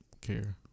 care